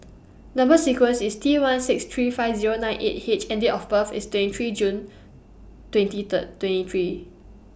Number sequence IS T one six three five Zero nine eight H and Date of birth IS twenty three June twenty Third twenty three